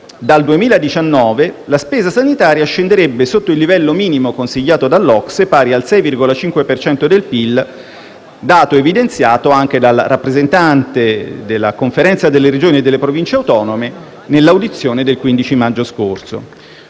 dal 2019 la spesa sanitaria scenderebbe sotto il livello minimo consigliato dall'OCSE, pari ai 6,5 per cento dei PIL, dato evidenziato anche dal rappresentante della Conferenza delle Regioni e delle Province autonome nell'audizione del 15 maggio scorso.